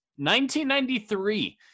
1993